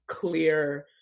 clear